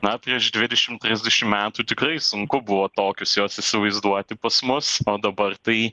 na prieš dvidešim trisdešim metų tikrai sunku buvo tokius juos įsivaizduoti pas mus o dabar tai